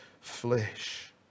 flesh